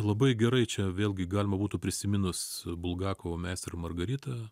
labai gerai čia vėlgi galima būtų prisiminus bulgakovo meistro ir margaritą